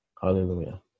hallelujah